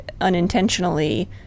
unintentionally